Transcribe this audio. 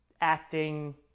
acting